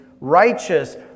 righteous